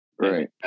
Right